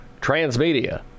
Transmedia